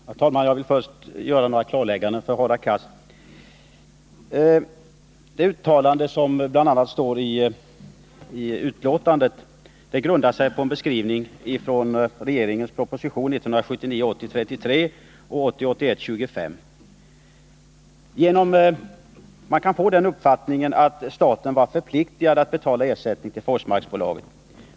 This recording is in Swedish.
Herr talman! Jag vill först göra några klarlägganden för Hadar Cars. Det uttalande som bl.a. står i betänkandet grundar sig på en beskrivning som lämnats i regeringens proposition 1979 81:25. Man kan få uppfattningen att staten var förpliktad att betala ersättning till Forsmarksbolaget.